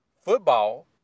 football